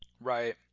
Right